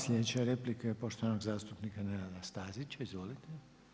Sljedeća replika je poštovanog zastupnika Nenada Stazića, izvolite.